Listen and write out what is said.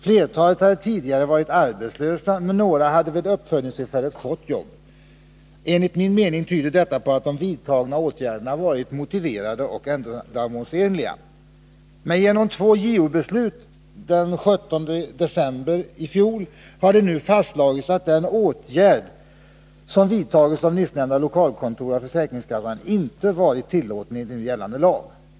Flertalet hade tidigare varit arbetslösa, men några hade vid uppföljningstillfället fått arbete. Enligt min mening tyder detta på att de vidtagna åtgärderna varit motiverade och ändamålsenliga. Men genom två JO-beslut den 17 december 1980 har det nu fastslagits, att den åtgärd som vidtagits av nyssnämnda lokalkontor av försäkringskassan inte varit tillåten enligt nu gällande lag.